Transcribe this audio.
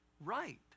right